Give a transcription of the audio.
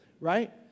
Right